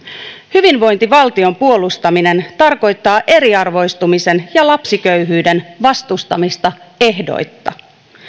hyvinvointivaltion puolustaminen tarkoittaa eriarvoistumisen ja lapsiköyhyyden vastustamista ehdoitta